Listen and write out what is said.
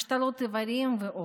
השתלות איברים ועוד,